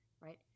right